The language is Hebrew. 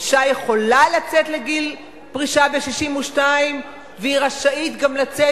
אשה יכולה לצאת לגיל פרישה ב-62 והיא רשאית גם לצאת